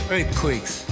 Earthquakes